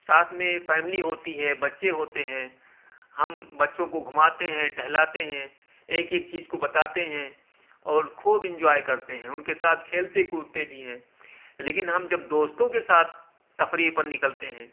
ساتھ میں فیملی ہوتی ہے بچے ہوتے ہیں ہم بچوں کو گھماتے ہیں ٹہلاتے ہیں ایک ایک چیز کو بتاتے ہیں اور خوب انجوائے کرتے ہیں اُن کے ساتھ کھیلتے کودتے بھی ہیں لیکن ہم جب دوستوں کے ساتھ تفریح پر نکلتے ہیں